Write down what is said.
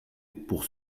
pour